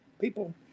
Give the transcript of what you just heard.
people